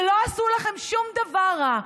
שלא עשו לכם שום דבר רע,